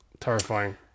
Terrifying